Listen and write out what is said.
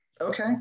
Okay